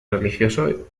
religioso